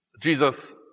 Jesus